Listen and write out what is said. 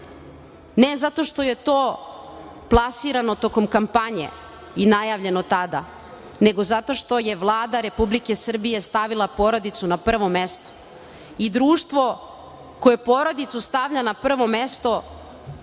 ne zato što je to plasirano tokom kampanje i najavljeno tada, nego zato što je Vlada Republike Srbije stavila porodicu na prvo mesto. Društvo koje porodicu stavlja na prvo mesto